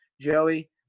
joey